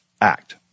Act